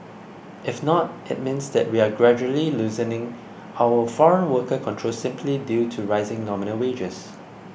if not it means that we are gradually loosening our foreign worker controls simply due to rising nominal wages